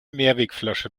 mehrwegflasche